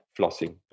flossing